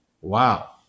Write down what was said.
Wow